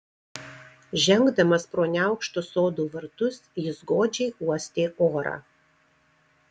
žengdamas pro neaukštus sodų vartus jis godžiai uostė orą